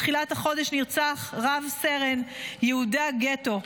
בתחילת החודש נרצח רב סרן יהודה גטו,